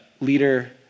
leader